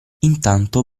intanto